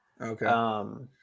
Okay